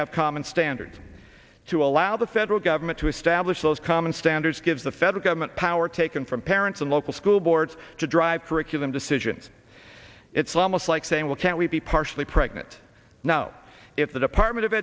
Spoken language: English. have common standards to allow the federal government to establish those common standards gives the federal government power taken from parents and local school boards to drive curriculum decisions it's almost like saying well can't we be partially pregnant now if the department of